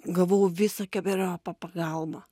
gavau visokeberiopą pagalbą